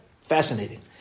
fascinating